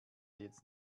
jetzt